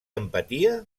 empatia